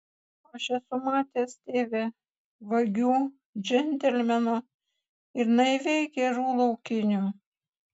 aš esu matęs tėve vagių džentelmenų ir naiviai gerų laukinių